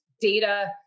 data